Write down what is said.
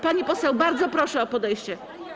Pani poseł, bardzo proszę o podejście.